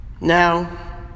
Now